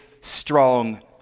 strong